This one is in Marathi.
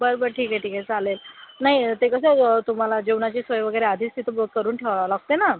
बरं बरं ठीक आहे ठीक आहे चालेल नाही ते कसं तुम्हाला जेवणाची सोय वगैरे आधीच तिथं ब करून ठेवावं लागते ना